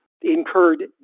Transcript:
incurred